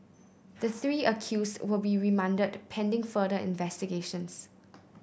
the three accused will be remanded pending further investigations